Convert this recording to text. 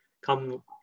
come